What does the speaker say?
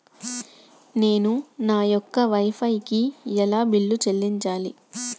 నేను నా యొక్క వై ఫై కి ఎలా బిల్లు చెల్లించాలి?